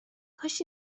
کاش